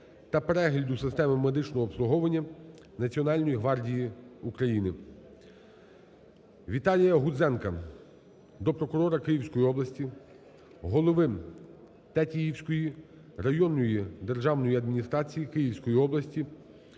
та перегляду системи медичного обслуговування Національної гвардії України. Віталія Гудзенка до прокурора Київської області, голови Тетіївської районної державної адміністрації Київської області